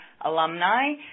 alumni